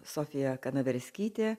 sofija kanaverskytė